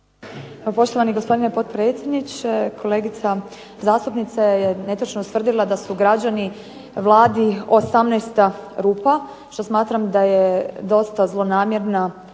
poštovani gospodine potpredsjedniče. Kolegica zastupnica je netočno ustvrdila da su građani Vladi 18. rupa što smatram da je dosta zlonamjerna izjava.